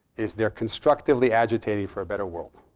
is they're constructively agitating for a better world.